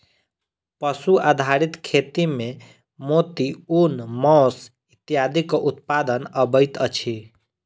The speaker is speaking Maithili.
पशु आधारित खेती मे मोती, ऊन, मौस इत्यादिक उत्पादन अबैत अछि